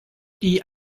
die